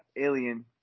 alien